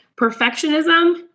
Perfectionism